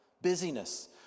Busyness